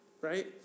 right